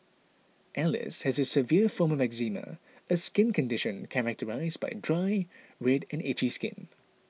Alice has a severe form of eczema a skin condition characterised by dry red and itchy skin